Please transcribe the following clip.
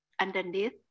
underneath